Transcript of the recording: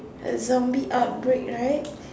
a zombie outbreak right